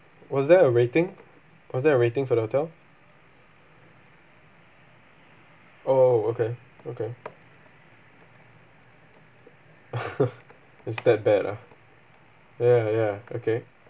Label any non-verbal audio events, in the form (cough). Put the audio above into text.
was there a rating was there a rating for the hotel oh okay okay (laughs) is that bad ah ya ya okay